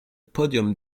podium